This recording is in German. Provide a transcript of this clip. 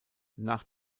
nach